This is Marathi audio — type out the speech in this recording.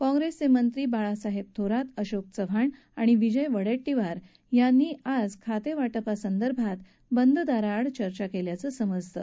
काँप्रेसचे मंत्री बाळासाहेब थोरात अशोक चव्हाण आणि विजय वडेट्टीवार यांनी आज या संदर्भात बंद दाराआड चर्चा केल्याचं समजतं